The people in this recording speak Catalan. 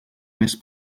més